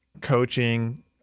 coaching